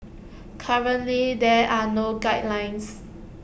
currently there are no guidelines